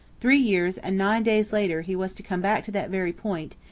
three years and nine days later he was to come back to that very point,